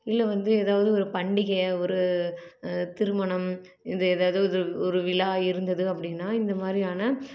இல்லை வந்து எதாவது ஒரு பண்டிகையாக ஒரு திருமணம் இந்த எதாவது ஒரு விழா இருந்துது அப்படினா இந்த மாதிரியான